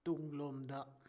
ꯇꯨꯡꯂꯣꯝꯗ